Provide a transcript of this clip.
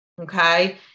okay